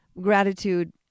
gratitude